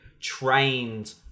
trained